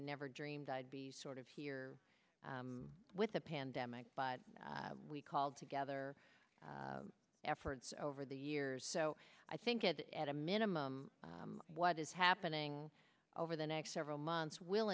never dreamed i'd be sort of here with a pandemic but we called together efforts over the years so i think it's at a minimum what is happening over the next several months will